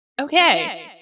Okay